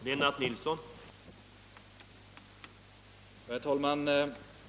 Herr talman!